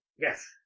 Yes